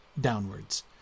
downwards